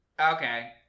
Okay